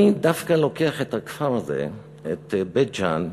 אני דווקא לוקח את הכפר הזה, בית-ג'ן,